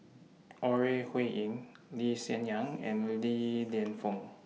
Ore Huiying Lee Hsien Yang and Li Lienfung